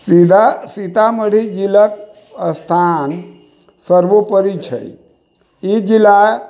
सीता सीतामढ़ी जिला स्थान सर्वोपरि छै ई जिला